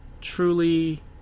truly